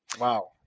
Wow